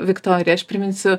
viktorija aš priminsiu